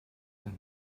than